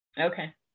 Okay